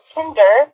Tinder